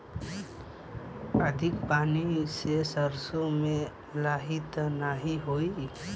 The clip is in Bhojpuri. अधिक पानी से सरसो मे लाही त नाही होई?